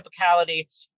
typicality